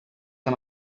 amb